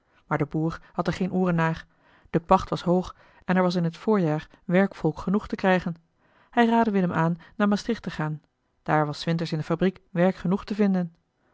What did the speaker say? maar de boer had er geen ooren naar de pacht was hoog en er was in t voorjaar werkvolk genoeg te krijgen hij raadde willem aan naar maastricht te gaan daar was s winters in de fabriek werk genoeg te vinden